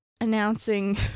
announcing